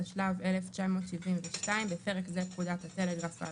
התשל"ו 1972 בפרק זה בפקודת הטלגרף האלחוטי,